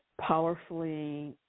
powerfully